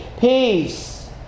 Peace